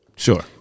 Sure